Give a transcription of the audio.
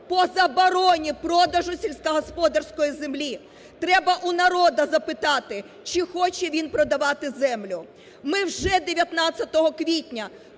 по забороні продажу сільськогосподарської землі, треба у народу запитати, чи хоче він продавати землю. Ми вже 19 квітня